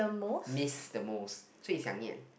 miss the most so it's 想念